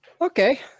Okay